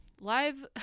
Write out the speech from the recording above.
live